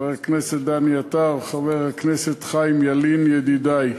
חבר הכנסת דני עטר, חבר הכנסת חיים ילין, ידידַי.